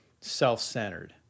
self-centered